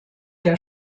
der